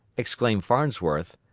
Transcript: exclaimed farnsworth.